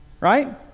right